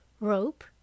Rope